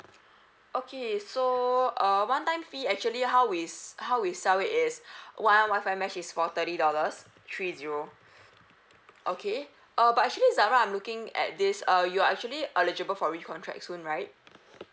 okay so uh one time fee actually how we s~ how we sell it is one wifi mesh is for thirty dollars three zero okay uh but actually zara I'm looking at this uh you are actually eligible for recontract soon right